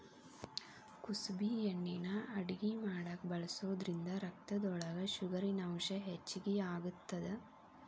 ಕುಸಬಿ ಎಣ್ಣಿನಾ ಅಡಗಿ ಮಾಡಾಕ ಬಳಸೋದ್ರಿಂದ ರಕ್ತದೊಳಗ ಶುಗರಿನಂಶ ಹೆಚ್ಚಿಗಿ ಆಗತ್ತದ